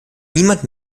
niemand